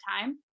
time